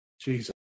Jesus